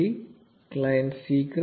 0416 client secret